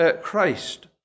Christ